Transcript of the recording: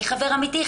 אני חבר אמיתי,